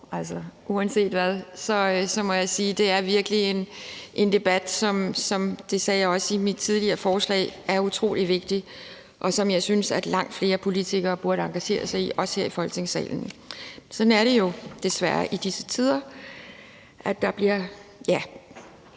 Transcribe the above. stede. Uanset hvad må jeg sige, at det virkelig er en debat, og det sagde jeg også under mit tidligere forslag, som er utrolig vigtig, og som jeg synes at langt flere politikere burde engagere sig i, også her i Folketingssalen. Sådan er det jo desværre i disse tider. Det er ikke